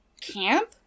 camp